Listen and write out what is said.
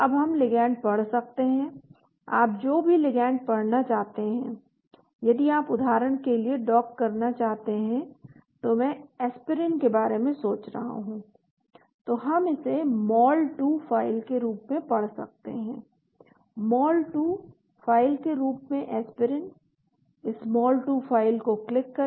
अब हम लिगैंड पढ़ सकते हैं आप जो भी लिगैंड पढ़ना चाहते हैं यदि आप उदाहरण के लिए डॉक करना चाहते हैं तो मैं एस्पिरिन के बारे में सोच रहा हूं तो हम इसे mol2 फाइल के रूप में पढ़ सकते हैं mol2 फाइल के रूप में एस्पिरिन इस mol2 फाइल को क्लिक करें